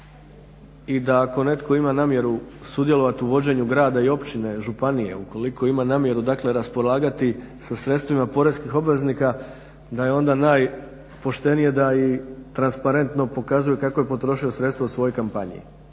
i da ako netko ima namjeru sudjelovat u vođenju grada i općine, županije, ukoliko ima namjeru dakle raspolagati sa sredstvima poreskih obveznika da je onda najpoštenije da i transparentno pokazuju kako je potrošio sredstva u svojoj kampanji,